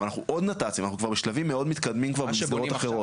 אבל אנחנו עוד נת"צים אנחנו כבר בשלבים מאוד מתקדמים כבר במסגרות אחרות.